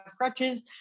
crutches